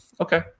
Okay